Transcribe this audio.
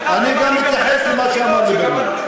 אני גם אתייחס למה שאמר ליברמן.